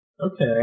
Okay